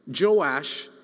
Joash